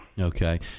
Okay